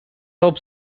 top